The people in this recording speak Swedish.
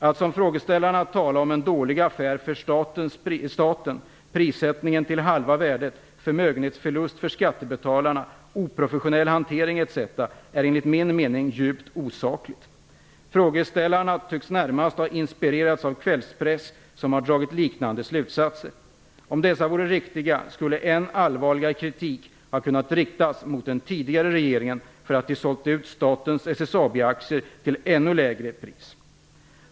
Att som frågeställarna tala om en dålig affär för staten, prissättning till halva värdet, förmögenhetsförlust för skattebetalarna, oprofessionell hantering etc. är enligt min mening djupt osakligt. Frågeställarna tycks närmast ha inspirerats av kvällspress som har dragit liknande slutsatser. Om dessa vore riktiga, skulle än allvarligare kritik ha kunnat riktas mot den tidigare regeringen för att de sålt ut statens SSAB-aktier till ännu lägre priser.